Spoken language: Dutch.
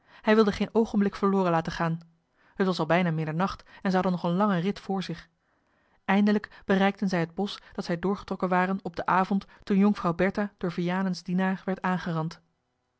hij wilde geen oogenblik verloren laten gaan t was al bijna middernacht en zij hadden nog een langen rit voor zich eindelijk bereikten zij het bosch dat zij doorgetrokken waren op den avond toen jonkvrouw bertha door vianens dienaar werd aangerand